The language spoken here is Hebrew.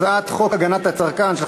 הצעת חוק הגנת הצרכן (תיקון,